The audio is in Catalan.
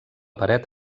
paret